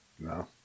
No